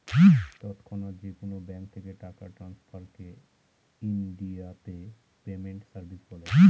তৎক্ষণাৎ যেকোনো ব্যাঙ্ক থেকে টাকা ট্রান্সফারকে ইনডিয়াতে পেমেন্ট সার্ভিস বলে